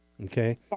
Okay